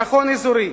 ביטחון אזורי,